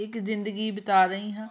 ਇੱਕ ਜ਼ਿੰਦਗੀ ਬਿਤਾ ਰਹੀ ਹਾਂ